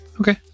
Okay